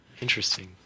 interesting